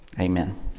Amen